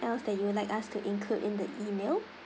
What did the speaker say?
else that you would like us to include in the email